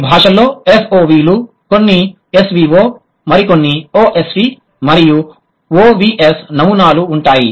కొన్ని భాషల్లో SOV లు కొన్ని SVO మరికొన్ని OSV మరియు OVS నమూనాలు ఉంటాయి